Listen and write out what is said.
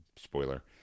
Spoiler